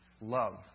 love